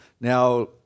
Now